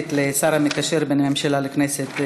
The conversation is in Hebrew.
היום על שולחן הכנסת,